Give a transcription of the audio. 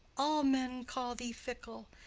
all men call thee fickle.